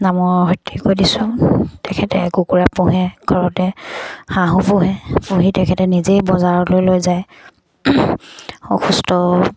নামৰ কৈ দিছোঁ তেখেতে কুকুৰা পোহে ঘৰতে হাঁহো পোহে পুহি তেখেতে নিজেই বজাৰলৈ লৈ যায় অসুস্থ